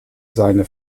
seine